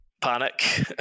Panic